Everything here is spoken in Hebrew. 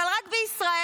אבל רק בישראל,